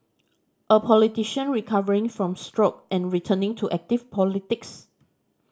a politician recovering from stroke and returning to active politics